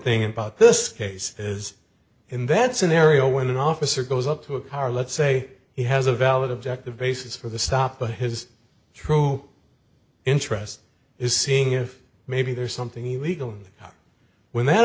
thing about this case is in that scenario when an officer goes up to a car let's say he has a valid objective basis for the stop but his true interest is seeing if maybe there's something illegal when that